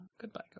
Goodbye